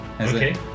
Okay